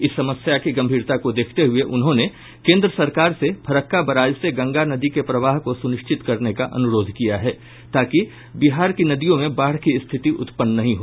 इस समस्या की गंभीरता को दखते हुये उन्होंने केंद्र सरकार से फरक्का बराज से गंगा नदी के प्रवाह को सुनिश्चित करने का अनुरोध किया है ताकि बिहार की नदियों में बाढ़ की स्थिति उत्पन्न नहीं हो